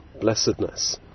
blessedness